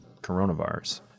coronavirus